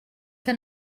que